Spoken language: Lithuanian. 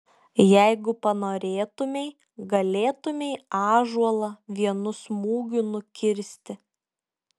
jeigu panorėtumei galėtumei ąžuolą vienu smūgiu nukirsti